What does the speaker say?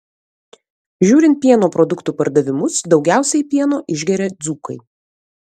žiūrint pieno produktų pardavimus daugiausiai pieno išgeria dzūkai